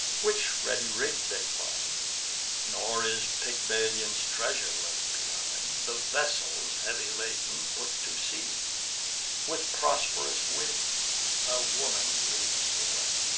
which ready rigg'd they find nor is pygmalion's treasure left behind. the vessels, heavy laden, put to sea with prosp'rous winds a woman leads the way.